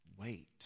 wait